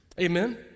Amen